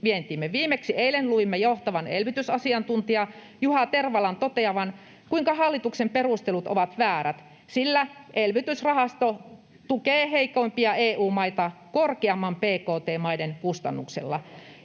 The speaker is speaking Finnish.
vientiimme. Viimeksi eilen luimme johtavan elvytysasiantuntijan Juha Tervalan toteavan, kuinka hallituksen perustelut ovat väärät, sillä elvytysrahasto ”tukee heikompia EU-maita korkeamman bkt:n maiden kustannuksella”